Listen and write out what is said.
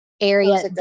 area